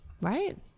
Right